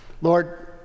Lord